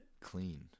Clean